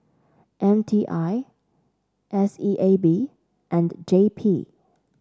M T I S E A B and J P